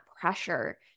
pressure